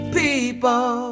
people